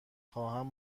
خواهم